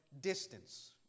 distance